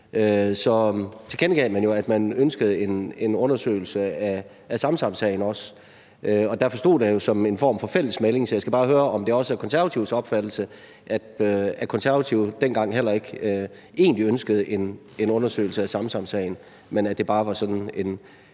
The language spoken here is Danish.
tilkendegav man jo, at man også ønskede en undersøgelse af Samsamsagen. Derfor fremstod det jo som en form for fælles melding. Så jeg skal bare høre, om det også er Konservatives opfattelse, at Konservative dengang egentlig heller ikke ønskede en undersøgelse af Samsamsagen, men at det bare var sådan en